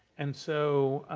and so,